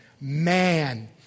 man